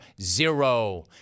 zero